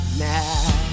now